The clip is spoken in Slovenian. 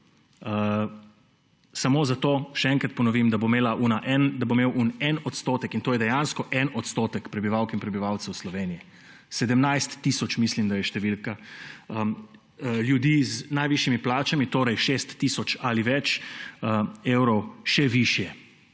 samo zato, še enkrat ponovim, da bo imel tisti en odstotek, in to je dejansko en odstotek prebivalk in prebivalcev Slovenije – 17 tisoč mislim, da je številka ljudi z najvišjimi plačami, torej 6 tisoč ali več evrov – še višje